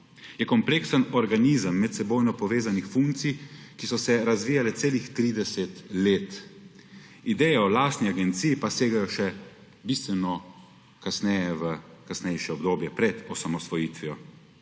Je kompleksen organizem medsebojno povezanih funkcij, ki so se razvijale celih 30 let. Ideje o lastni agenciji pa segajo še bistveno kasneje v kasnejše obdobje pred osamosvojitvijo.